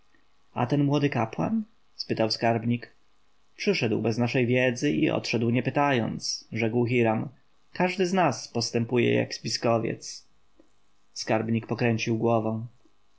a ten młody kapłan zapytał skarbnik przyszedł bez naszej wiedzy i odszedł nie pytając rzekł hiram każdy z nas postępuje jak spiskowiec skarbnik pokręcił głową